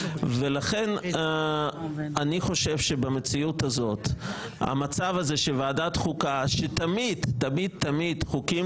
אני חושב שבמציאות הזאת המצב הוא שתמיד חוקים